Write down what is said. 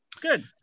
Good